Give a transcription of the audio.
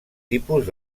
tipus